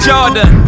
Jordan